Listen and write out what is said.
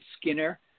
Skinner